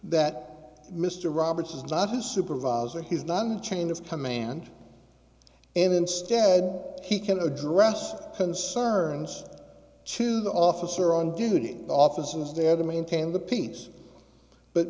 that mr roberts is not his supervisor he's done chain of command and instead he can address concerns to the officer on duty officers there to maintain the peace but